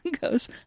goes